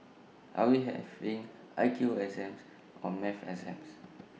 are we having I Q exams or maths exams